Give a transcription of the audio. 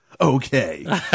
Okay